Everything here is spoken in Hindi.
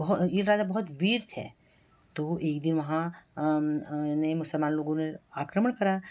बोहो ईल राजा बहुत वीर थे तो एक दिन वहाँ ने मुसलमान लोगों ने आक्रमण करा